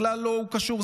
הוא בכלל לא קשור,